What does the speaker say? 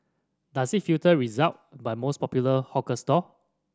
does it filter result by most popular hawker stall